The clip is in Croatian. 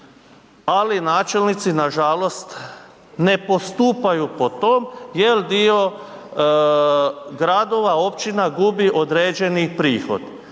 Ali načelnici nažalost ne postupaju po tom jel dio gradova, općina gubi određeni prihoda